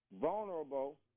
vulnerable